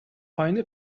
پایین